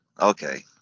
Okay